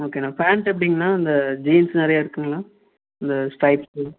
ஓகேண்ணா பேண்ட்டு எப்படிங்கண்ணா இந்த ஜீன்ஸு நிறையா இருக்குங்களா இந்த ஸ்ட்ரைப்பு